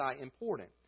important